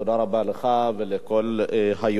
תודה רבה לך ולכל היוזמים.